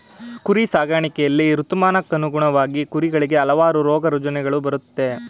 ಕುರಿ ಸಾಕಾಣಿಕೆಯಲ್ಲಿ ಋತುಮಾನಕ್ಕನುಗುಣವಾಗಿ ಕುರಿಗಳಿಗೆ ಹಲವಾರು ರೋಗರುಜಿನಗಳು ಬರುತ್ತೆ